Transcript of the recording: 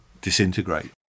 disintegrate